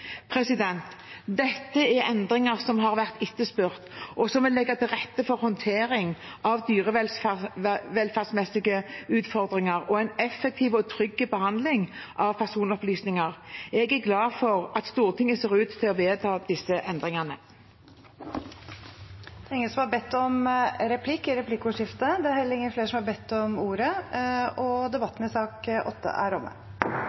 Dette er endringer som har vært etterspurt, og som vil legge til rette for håndtering av dyrevelferdsmessige utfordringer og en effektiv og trygg behandling av personopplysninger. Jeg er glad for at Stortinget ser ut til å vedta disse endringene. Flere har ikke bedt om ordet til sak nr. 8. Etter ønske fra næringskomiteen vil presidenten ordne debatten slik: 3 minutter til hver partigruppe og